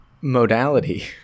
modality